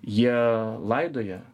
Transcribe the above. jie laidoja